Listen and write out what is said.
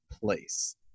place